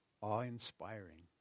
awe-inspiring